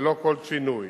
ללא שינוי.